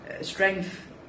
strength